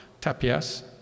Tapias